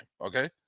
okay